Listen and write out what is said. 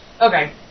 Okay